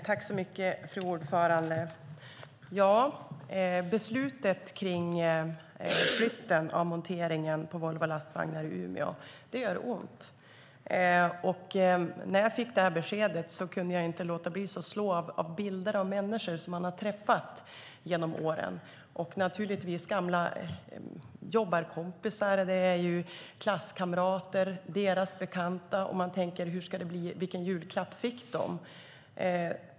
Fru talman! Beslutet om flytten av monteringen på Volvo Lastvagnar i Umeå gör ont. När jag fick beskedet kunde jag inte undvika att slås av bilder av människor som jag har träffat genom åren. Det är gamla jobbarkompisar, klasskamrater och deras bekanta. Vilken julklapp fick de?